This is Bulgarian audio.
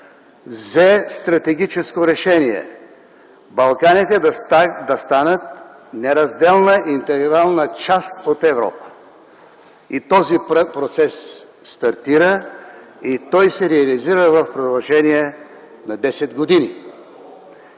взе стратегическо решение – Балканите да станат неразделна интегрална част от Европа. Този процес стартира и се реализира в продължение на 10 години.